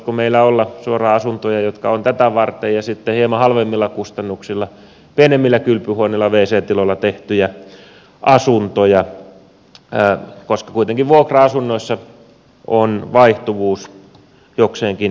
voisiko meillä olla suoraan asuntoja jotka ovat tätä varten ja sitten hieman halvemmilla kustannuksilla pienemmillä kylpyhuoneilla ja wc tiloilla tehtyjä asuntoja koska kuitenkin vuokra asunnoissa on vaihtuvuus jokseenkin nopeaa ja suurta